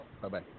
Bye-bye